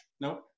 Nope